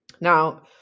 Now